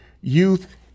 youth